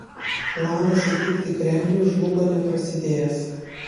planas įtikti kremliui žlugo neprasidėjęs